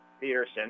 Peterson